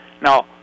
Now